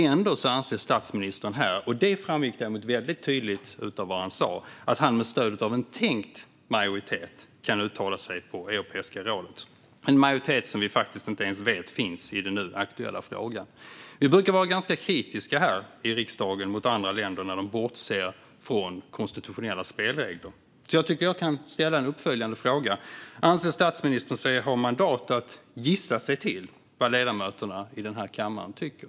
Ändå anser statsministern här - och det framgick däremot väldigt tydligt av vad han sa - att han med stöd av en tänkt majoritet kan uttala sig på Europeiska rådet. Det är en majoritet som vi faktiskt inte ens vet finns i den nu aktuella frågan. Vi brukar här i riksdagen vara ganska kritiska mot andra länder när de bortser från konstitutionella spelregler. Jag tycker att jag kan ställa en uppföljande fråga. Anser statsministern sig ha mandat att gissa sig till vad ledamöterna i den här kammaren tycker?